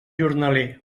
jornaler